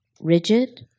rigid